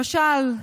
למשל,